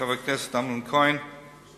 חבר הכנסת אמנון כהן,